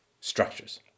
structures